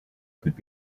could